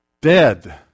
dead